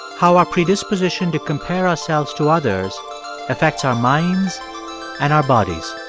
how our predisposition to compare ourselves to others affects our minds and our bodies